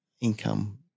income